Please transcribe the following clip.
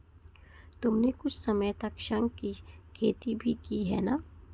तुमने कुछ समय तक शंख की खेती भी की है ना?